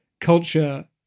culture